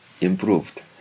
improved